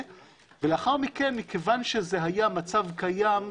ולאחר מכן, כיוון שזה היה מצב קיים,